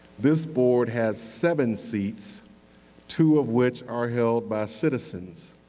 this board has seven seats two of which are held by citizens.